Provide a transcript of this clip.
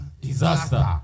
Disaster